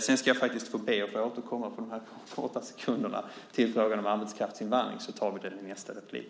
Jag ska be att få återkomma till frågan om arbetskraftsinvandring i nästa replik.